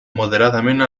moderadament